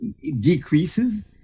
decreases